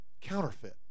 counterfeit